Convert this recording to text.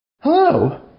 Hello